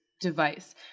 Device